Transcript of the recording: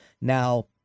Now